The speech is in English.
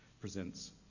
presents